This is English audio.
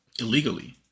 illegally